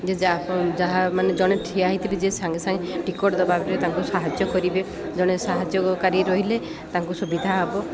ଯେ ଯା ଯାହା ମାନେ ଜଣେ ଠିଆ ହେଇଥିବେ ଯେ ସାଙ୍ଗେ ସାଙ୍ଗେ ଟିକେଟ୍ ଦେବାରେ ତାଙ୍କୁ ସାହାଯ୍ୟ କରିବେ ଜଣେ ସାହାଯ୍ୟକାରି ରହିଲେ ତାଙ୍କୁ ସୁବିଧା ହେବ